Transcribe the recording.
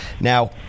Now